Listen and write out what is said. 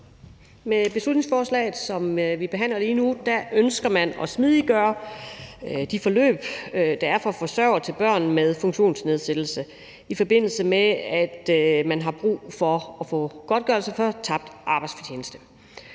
Med beslutningsforslaget, som vi behandler lige nu, ønsker man at smidiggøre de forløb, der er, for forsørgere til børn med funktionsnedsættelse, i forbindelse med at man har brug for at få godtgørelse for tabt arbejdsfortjeneste.